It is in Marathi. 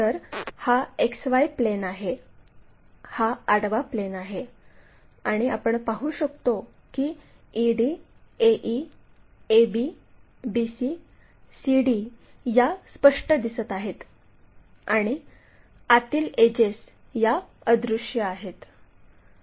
तर हा XY प्लेन आहे हा आडवा प्लेन आहे आणि आपण पाहू शकतो की ed ae ab bc cd या स्पष्ट दिसत आहेत आणि आतील एडजेस या अदृश्य आहेत